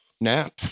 nap